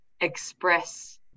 express